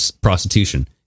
prostitution